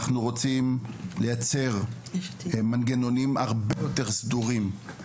אנחנו רוצים לייצר מנגנונים הרבה יותר סדורים.